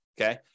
Okay